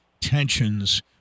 tensions